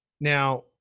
Now